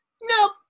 Nope